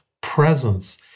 presence